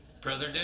Brother